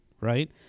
right